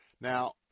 Now